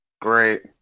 Great